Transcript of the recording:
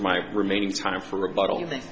my remaining time for